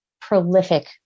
prolific